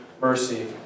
mercy